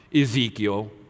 Ezekiel